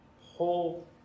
whole